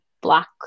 black